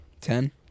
Ten